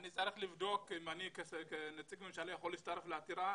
בעתירה אני צריך לבדוק אם אני כנציג ממשלה יכול להצטרף לעתירה.